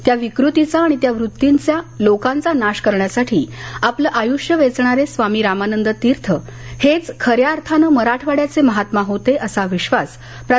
त्या विकृतीचा आणि त्या वृत्तींच्या लोकांचा नाश करण्यासाठी आपलं आयुष्य वेचणारे स्वामी रामानंद तीर्थ हेच खऱ्या अर्थानं मराठवाड्याचे महात्मा होते असा विश्वास प्रा